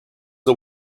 are